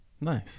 Nice